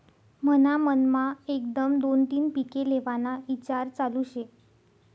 मन्हा मनमा एकदम दोन तीन पिके लेव्हाना ईचार चालू शे